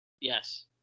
Yes